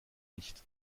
nicht